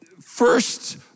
first